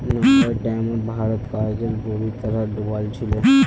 नब्बेर टाइमत भारत कर्जत बुरी तरह डूबाल छिले